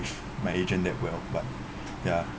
my agent that well but ya